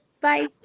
Bye